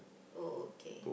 oh okay